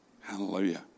Hallelujah